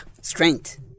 strength